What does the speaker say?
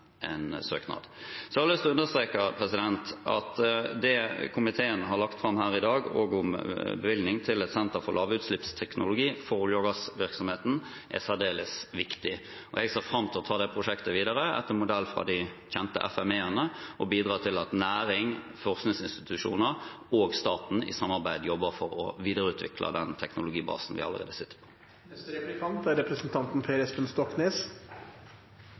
søknad. Så har jeg lyst til å understreke at det komiteen har lagt fram her i dag, om bevilgning til et senter for lavutslippsteknologi for olje- og gassvirksomheten, er særdeles viktig. Jeg ser fram til å ta det prosjektet videre, etter modell av de kjente FME-ene, og bidra til at næring, forskningsinstitusjoner og staten i samarbeid jobber for å videreutvikle den teknologibasen vi allerede sitter